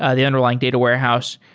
ah the underlying data warehouse.